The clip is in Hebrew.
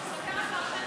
תספר על פרשת משפטים.